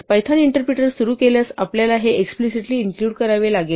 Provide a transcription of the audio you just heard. Python interpreter सुरू केल्यास आपल्याला हे एक्सप्लिसिटली इन्क्लुड करावे लागेल